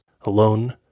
alone